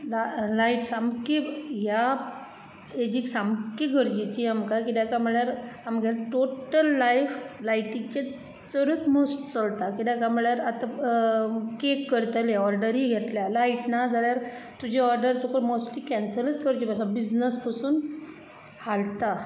light सामकी ह्या एजीक सामकी गरजेची आमकां कित्ययाक कांय म्हळ्यार आमगेर टोटल लायफ लायटीचे चडूच मोस्ट चलता कित्याक कांय म्हळ्यार आतां केक करतले ऑर्डरी घेतल्या लायट ना जाल्यार तुजी ऑर्डर तुका मोस्टली कॅन्सलूच करची प बिझनस पसून हालता